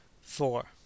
four